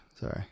Sorry